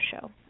show